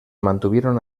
mantuvieron